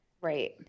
right